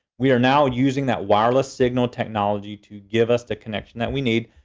we are now using that wireless signal technology to give us the connection that we need.